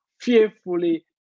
fearfully